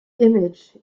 image